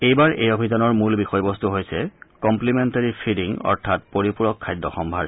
এইবাৰ এই অভিযানৰ মূল বিষয়বস্তু হৈছে কম্প্লিমেণ্টেৰী ফিডিং অৰ্থাৎ পৰিপূৰক খাদ্য সম্ভাৰ